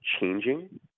changing